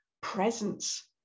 presence